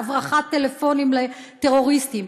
הברחת טלפונים לטרוריסטים,